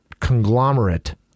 conglomerate